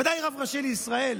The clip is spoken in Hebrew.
ודאי רב ראשי לישראל.